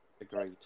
Agreed